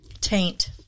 Taint